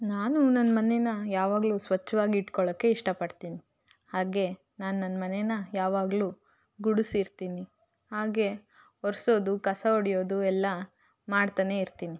ನಾನು ನನ್ನ ಮನೇನ ಯಾವಾಗಲೂ ಸ್ವಚ್ಚವಾಗಿ ಇಟ್ಕೊಳ್ಳೋಕ್ಕೆ ಇಷ್ಟ ಪಡ್ತೀನಿ ಹಾಗೆ ನಾನು ನನ್ನ ಮನೇನ ಯಾವಾಗಲೂ ಗುಡಿಸಿರ್ತೀನಿ ಹಾಗೆ ಒರೆಸೋದು ಕಸ ಹೊಡಿಯೋದು ಎಲ್ಲ ಮಾಡ್ತಾನೆ ಇರ್ತೀನಿ